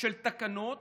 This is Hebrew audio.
של תקנות